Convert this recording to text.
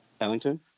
Ellington